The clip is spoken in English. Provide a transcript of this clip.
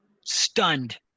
stunned